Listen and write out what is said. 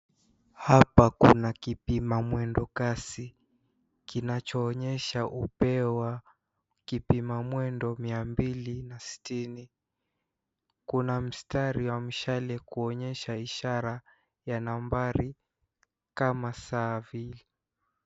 Hapa kuna kipima mwendo kasi kinacho onyesha upeo wa kipima mwendo mia mbili na sitini kuna mstari wa mshale kuonyesha ishara ya nambari kama saa.